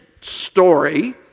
story